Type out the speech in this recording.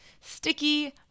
sticky